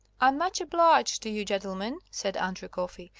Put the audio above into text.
i'm much obliged to you, gentlemen, said andrew coffey,